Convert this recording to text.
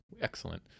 Excellent